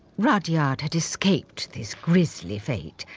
rudyard had escaped this grisly fate,